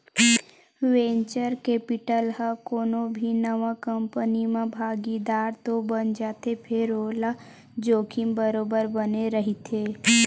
venture capital ह कोनो भी नवा कंपनी म भागीदार तो बन जाथे फेर ओला जोखिम बरोबर बने रहिथे